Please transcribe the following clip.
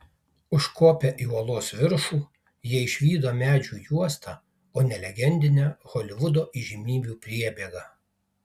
užkopę į uolos viršų jie išvydo medžių juostą o ne legendinę holivudo įžymybių priebėgą